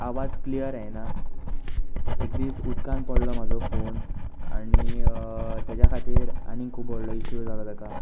आवाज क्लियर येयना एक दीस उदकांत पडलो म्हजो फोन आनी ताज्या खातीर आनी खूब व्होडलो इशू जालो ताका